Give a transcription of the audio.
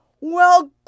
Well